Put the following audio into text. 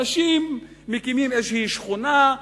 אנשים מקימים איזושהי שכונה,